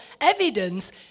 evidence